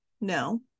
no